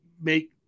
make